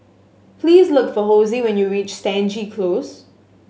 please look for Hosie when you reach Stangee Close